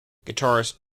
guitarist